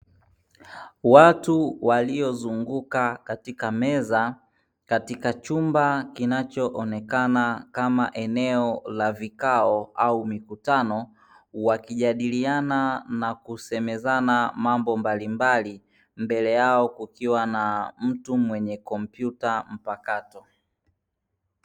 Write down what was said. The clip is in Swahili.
Watu waliozunguka katika meza katika chumba kinachoonekana kama eneo la vikao au mikutano, wakijadiliana na kusemezana mambo mbalimbali mbele yao kukiwa na mtu mwenye kompyuta mpakato.